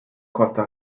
costa